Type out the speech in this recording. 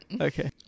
Okay